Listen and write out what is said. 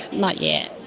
not yet.